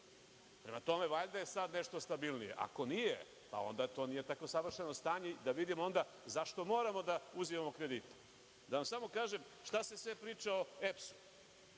Prema tome, valjda je sada nešto stabilnije. Ako nije, onda to nije to tako savršeno stanje i da vidimo onda zašto moramo da uzimamo kredite. Da vam kažem šta se sve priča o EPS.